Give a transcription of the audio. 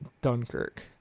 Dunkirk